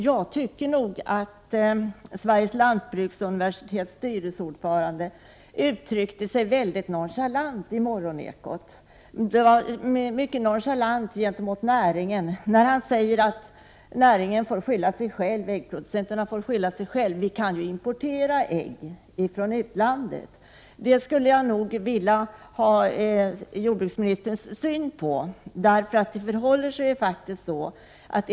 Jag måste säga att Sveriges lantbruksuniversitets styrelseordförande uttryckte sig mycket nonchalant i Morgonekot gentemot näringen, när han sade att äggproducenterna fick skylla sig själva och att ägg kunde importeras från utlandet. Jag skulle vilja att jordbruksministern gav sin syn på detta uttalande.